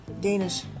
Danish